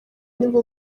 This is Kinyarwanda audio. nibwo